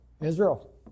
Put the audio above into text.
Israel